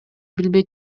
билбей